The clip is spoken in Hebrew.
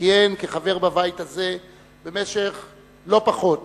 כיהן בבית הזה במשך לא פחות